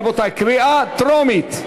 רבותי, קריאה טרומית.